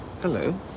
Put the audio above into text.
Hello